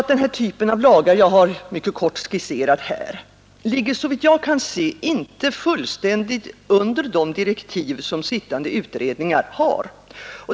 Den typ av lagar som jag helt kort har skisserat ligger, såvitt jag kan se, inte fullständigt inom ramen för de direktiv som sittande utredningar har.